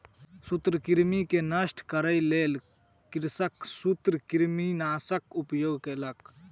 सूत्रकृमि के नष्ट करै के लेल कृषक सूत्रकृमिनाशकक उपयोग केलक